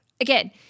Again